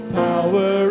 power